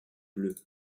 bleue